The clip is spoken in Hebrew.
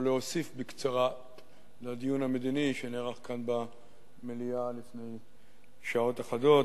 או להוסיף בקצרה לדיון המדיני שנערך פה במליאה לפני שעות אחדות,